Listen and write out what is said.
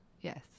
Yes